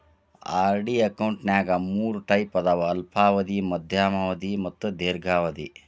RD ಅಕೌಂಟ್ನ್ಯಾಗ ಮೂರ್ type ಅದಾವ ಅಲ್ಪಾವಧಿ ಮಾಧ್ಯಮ ಅವಧಿ ಮತ್ತ ದೇರ್ಘಾವಧಿ